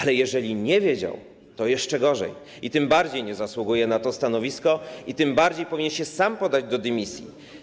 Ale jeżeli nie wiedział, to jeszcze gorzej i tym bardziej nie zasługuje na to stanowisko, i tym bardziej powinien się sam podać do dymisji.